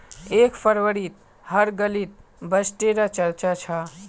एक फरवरीत हर गलीत बजटे र चर्चा छ